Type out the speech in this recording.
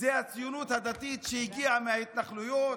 זו הציונות הדתית, שהגיעה מההתנחלויות?